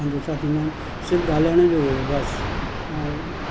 पंहिंजो छा चवंदा आहिनि सिर्फ़ु ॻाल्हाइण जो हुओ बसि ऐं